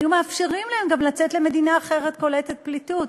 היו מאפשרים להם גם לצאת למדינה אחרת קולטת פליטות.